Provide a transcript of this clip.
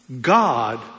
God